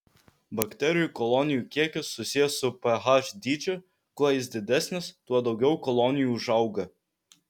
bakterijų kolonijų kiekis susijęs su ph dydžiu kuo jis didesnis tuo daugiau kolonijų užauga